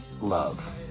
love